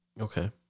Okay